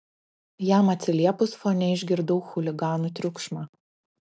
jam atsiliepus fone išgirdau chuliganų triukšmą